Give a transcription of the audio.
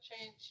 change